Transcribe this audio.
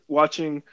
watching